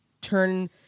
turn